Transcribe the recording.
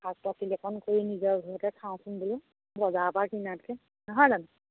শাক পাচলি অকণ কৰি নিজৰ ঘৰতে খাওঁচোন বোলো বজাৰৰ পৰা কিনাতকৈ নহয় জানো